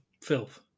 Filth